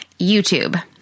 YouTube